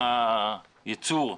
מבחינת הייצור.